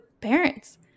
parents